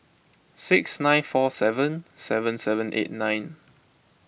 six nine four seven seven seven eight nine